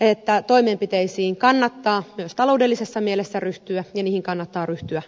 että toimenpiteisiin kannattaa myös taloudellisessa mielessä ryhtyä ja niihin kannattaa ryhtyä nopeasti